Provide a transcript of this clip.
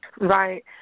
Right